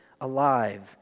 alive